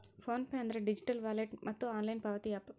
phone pay ಅಂದ್ರ digital wallet ಮತ್ತ online ಪಾವತಿ ಯಾಪ್